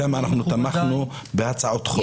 כמה אנחנו תמכנו בהצעות חוק.